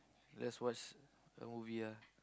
let's watch a movie ah